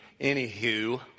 Anywho